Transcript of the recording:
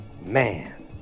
Man